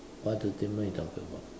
what entertainment are you talking about